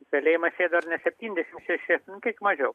į kalėjimą sėdo ar ne septyniasdešimt šeši tiek mažiau